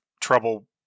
trouble